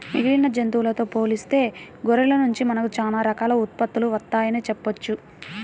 మిగిలిన జంతువులతో పోలిస్తే గొర్రెల నుండి మనకు చాలా రకాల ఉత్పత్తులు వత్తయ్యని చెప్పొచ్చు